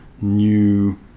new